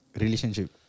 Relationship